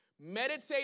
Meditate